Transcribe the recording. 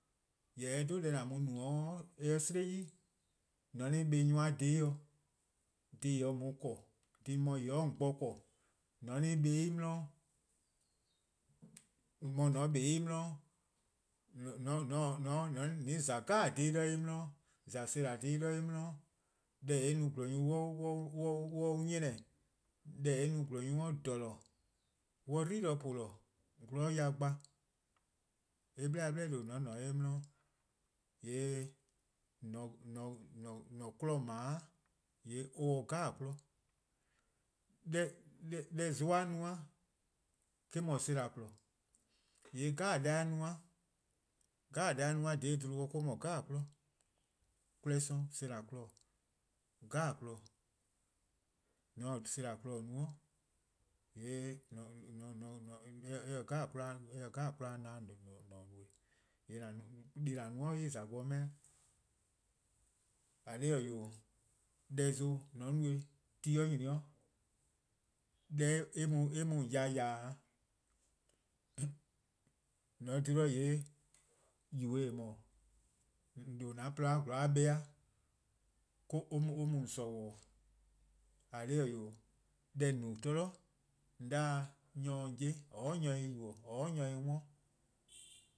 Jorwor: :mor eh 'dhu deh :an mu-a no :mor eh 'slih 'i, :mor :an 'kpa nyor+-a dhih-dih, dhih :en se-a :on worn kor, dhih mor :en se-a 'o :on bo :korn :mor :an 'kpa 'de en 'di, :mor mor :on 'kpa 'de en 'di, :an :za dhih 'jeh-' 'de en 'di, :za 'sasa' dhih 'de en 'di, deh :eh 'ye-eh no :gwlor-nyor+ 'ye-a 'nyieh-eh dih, deh :eh 'ye-eh no :gwlor-nyor+ 'ye-a jeh, on 'ye-a 'dlu+ de :po-dih:, gwlor 'ye-a ya :gba, eh 'bleh 'bleh :due' :mor :on :ne 'de eh 'di, :yee' :an-a' 'kmo :on 'ble-a, :yee' on :se 'kmo 'jeh. deh zon-a no-a eh-: 'de senna :porluh-', :yee' deh 'jeh-a no-a, deh 'jeh-a no-a 'da 'bluhba ken eh-: no 'kmo 'jeh. 'Kmo 'sororn', 'sena: 'kmo-: 'kmo 'jeh-:. :mor :on :taa sena: kmo no, :yee' eh :se 'kmo 'jeh-a :ne-eh :an no, deh+ :an no-a en :za gbor 'meh. :eh :korn dhih-eh 'wee', deh zon :mor :on no-eh :mor ti nyne 'o, deh deh eh mu-a :on ya :ya-dih-', :mor :on :dhe-dih :yee' yubo-eh :eh mor :on :due' an :porluh-a zorn-a kpa-a or mu :on :sorbor-dih:. :eh :korn dhih-eh 'wee', deh :on no-a zama :on 'da-a nyor :se :on 'ye, :oror' nyor se-ih yubo:, :oror' nyor de-ih 'worn,.